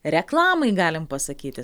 reklamai galim pasakyti